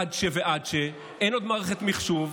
אין עוד מערכת מחשוב,